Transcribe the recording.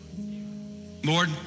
Lord